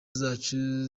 zacu